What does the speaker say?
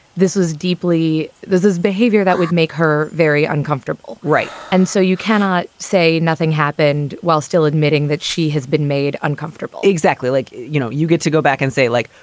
this is deeply. this is behavior that would make her very uncomfortable. right. and so you cannot say nothing happened while still admitting that she has been made uncomfortable exactly. like, you know, you get to go back and say, like,